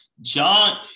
John